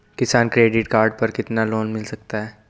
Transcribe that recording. किसान credit card पर कितना लोंन मिल सकता है?